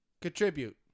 contribute